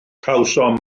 cawsom